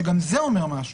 שגם זה אומר משהו.